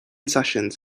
sessions